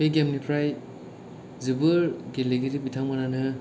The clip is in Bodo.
बे गेमनिफ्राय जोबोर गेलेगिरि बिथां मोनानो